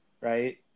right